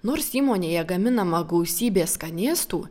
nors įmonėje gaminama gausybė skanėstų